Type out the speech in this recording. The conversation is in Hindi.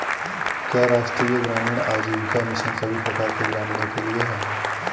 क्या राष्ट्रीय ग्रामीण आजीविका मिशन सभी प्रकार के ग्रामीणों के लिए है?